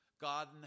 God